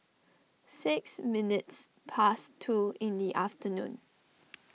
six minutes past two in the afternoon